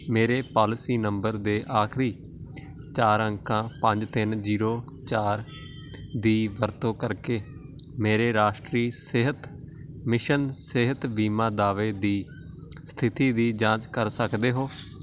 ਮੇਰੇ policy number ਦੇ ਆਖਰੀ ਚਾਰ ਅੰਕਾਂ ਪੰਜ ਤਿੰਨ ਜੀਰੋ ਚਾਰ ਦੀ ਵਰਤੋਂ ਕਰਕੇ ਮੇਰੇ ਰਾਸ਼ਟਰੀ ਸਿਹਤ ਮਿਸ਼ਨ ਸਿਹਤ ਬੀਮਾ ਦਾਅਵੇ ਦੀ ਸਥਿਤੀ ਦੀ ਜਾਂਚ ਸਕ ਸਕਦੇ ਹੋ